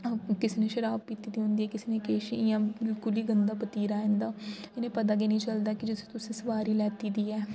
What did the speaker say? किसै ने शराब पीती दी होंदी किसै ने किश इ'यां बिलकुल गंदा बतीरा इं'दा इ'नें पता गै निं चलदा की जुसी तुसें सवारी लैती दी ऐ